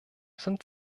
sind